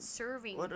serving